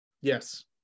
Yes